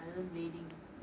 I learn blading